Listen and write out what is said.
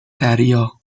دریا